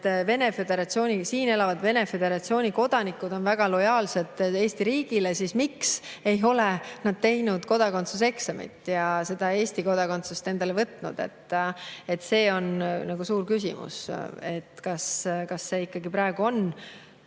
siin elavad Vene föderatsiooni kodanikud on väga lojaalsed Eesti riigile, siis miks ei ole nad teinud kodakondsuse eksamit ja Eesti kodakondsust võtnud? See on suur küsimus. Kas see ikkagi praegu on nii, [nagu